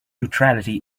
neutrality